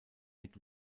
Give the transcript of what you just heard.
mit